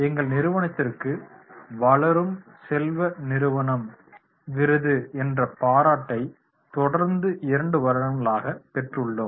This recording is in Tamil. எங்கள் நிறுவனத்திற்கு வளரும் செல்வ நிறுவனம் என்ற பாராட்டை தொடர்ந்து 2 வருடங்களாகப் பெற்றுள்ளோம்